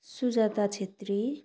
Sujata Chhetri